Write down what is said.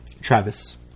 Travis